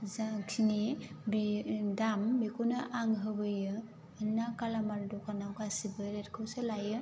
जाखिनि बे दाम बेखौनो आं होबोयो मानोना गालामाल दखानाव गासिबो रेटखौसो लायो